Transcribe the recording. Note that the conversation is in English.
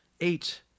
eight